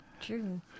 True